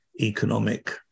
economic